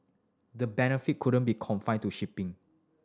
the benefit wouldn't be confined to shipping